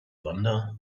wander